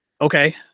okay